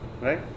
right